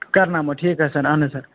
کَرنامو ٹھیٖک حظ سَر اہَن حظ سَر